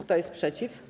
Kto jest przeciw?